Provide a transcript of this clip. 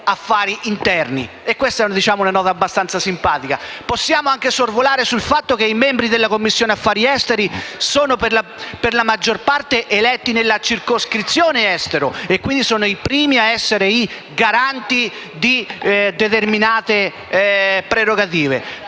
affari interni (questa è una nota abbastanza simpatica). Possiamo anche sorvolare sul fatto che i membri della Commissione affari esteri sono per la maggior parte eletti nella circoscrizione estero, quindi sono i primi a essere i garanti di determinate prerogative.